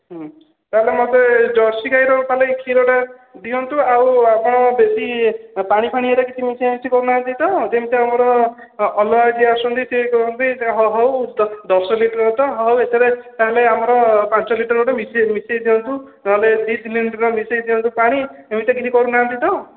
ହଁ ତାହାଲେ ମୋତେ ଜର୍ସି ଗାଈର ତାହାଲେ କ୍ଷୀରଟା ଦିଅନ୍ତୁ ଆଉ ଆପଣ ବେଶୀ ଏ ପାଣିଫାଣି ହେରା ମିଶାମିଶି କରୁନାହାନ୍ତି ତ ଯେମିତି ଆମର ଅଲଗା ଯିଏ ଆସୁଛନ୍ତି ଆମର ସେ କହନ୍ତି ହ ହଉ ଦଶ ଲିଟର୍ ତ ହଉ ଏଥିରେ ଆମର ପାଞ୍ଚ ଲିଟର୍ ଗୋଟେ ମିଶେଇ ଦିଅନ୍ତୁ ନହଲେ ଦୁଇ ତିନି ଲିଟର୍ ମିଶେଇ ଦିଅନ୍ତୁ ପାଣି ଏମିତି କିଛି କରୁନାହାନ୍ତି ତ